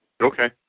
Okay